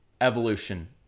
evolution